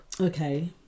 Okay